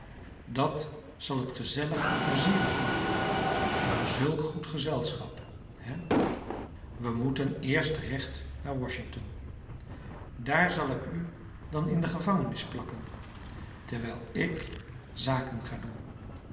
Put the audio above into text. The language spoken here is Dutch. dat zal het gezellig en plezierig maken zulk goed gezelschap he wij moeten eerst recht naar washington daar zal ik u dan in de gevangenis plakken terwijl ik zaken ga doen